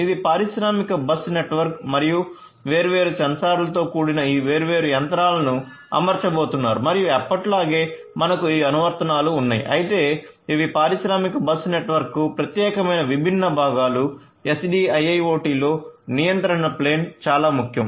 ఇది మీ పారిశ్రామిక బస్ నెట్వర్క్ మరియు వేర్వేరు సెన్సార్లతో కూడిన ఈ వేర్వేరు యంత్రాలను అమర్చబోతున్నారు మరియు ఎప్పటిలాగే మనకు ఈ అనువర్తనాలు ఉన్నాయి అయితే ఇవి పారిశ్రామిక బస్ నెట్వర్క్కు ప్రత్యేకమైన విభిన్న భాగాలు SDIIoT లో నియంత్రణ ప్లేన్ చాలా ముఖ్యం